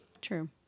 True